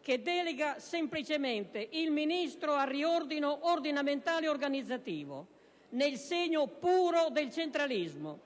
che delega semplicemente il Ministro al riordino ordinamentale e organizzativo, nel segno puro del centralismo.